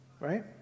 Right